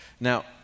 Now